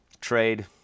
trade